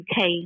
UK